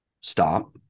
Stop